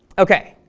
okay,